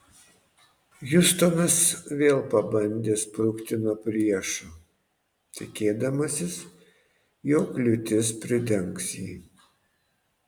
hiustonas vėl pabandė sprukti nuo priešo tikėdamasis jog liūtis pridengs jį